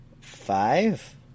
Five